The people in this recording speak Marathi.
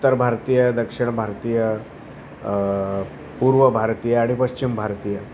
उत्तर भारतीय दक्षिण भारतीय पूर्व भारतीय आणि पश्चिम भारतीय